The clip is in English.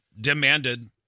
demanded